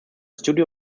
studio